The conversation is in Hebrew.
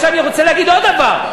אני רוצה להגיד עוד דבר.